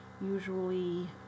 usually